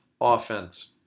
offense